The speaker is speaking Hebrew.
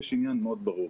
יש עניין מאוד ברור.